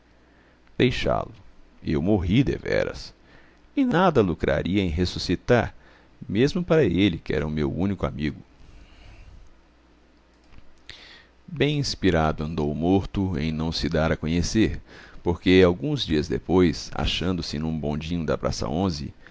deixá-lo eu morri deveras e nada lucraria em ressuscitar mesmo para ele que era o meu único amigo bem inspirado andou o morto em não se dar a conhecer porque alguns dias depois achando-se num bondinho da praça onze